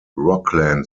rockland